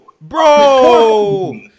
bro